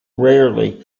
rarely